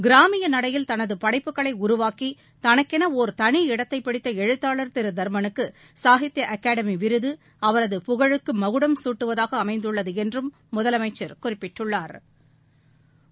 கிராமிய நடையில் தனது படைப்புகளை உருவாக்கி தனக்கென ஒர் தனி இடத்தை பிடித்த எழுத்தாள் திரு தா்மலுக்கு சாகித்ய அகாடமி விருது அவரது புகழுக்கு மகுடம் சூட்டுவதாக அமைந்துள்ளது என்றும் முதலமைச்சா் குறிப்பிட்டுள்ளாா்